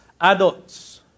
adults